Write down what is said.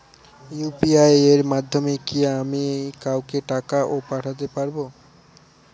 UPI এর মাধ্যমে কি আমি কাউকে টাকা ও পাঠাতে পারবো?